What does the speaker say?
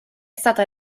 stata